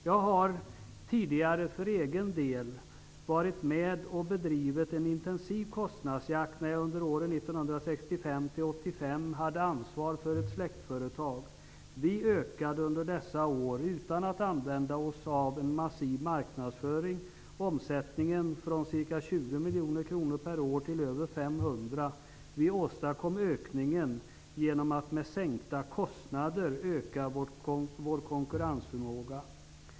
Jag har tidigare för egen del varit med och bedrivit en intensiv kostnadsjakt när jag under åren 1965-- 1985 hade ansvar för ett släktföretag. Vi ökade under dessa år utan att använda oss av en massiv marknadsföring omsättningen från ca 20 miljoner per år till över 500. Vi åstadkom ökningen genom att med sänkta kostnader öka vår konkurrensförmåga.